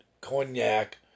cognac